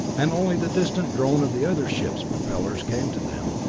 and only the distant drone of the other ships' propellers came to them.